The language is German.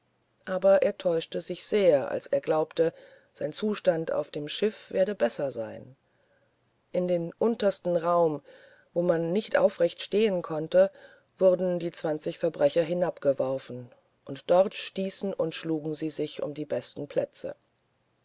aber er täuschte sich sehr als er glaubte sein zustand auf dem schiff werde besser sein in den untersten raum wo man nicht aufrecht stehen konnte wurden die zwanzig verbrecher hinabgeworfen und dort stießen und schlugen sie sich um die besten plätze